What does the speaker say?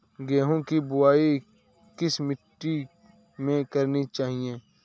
गेहूँ की बुवाई किस मिट्टी में करनी चाहिए?